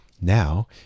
Now